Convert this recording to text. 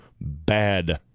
bad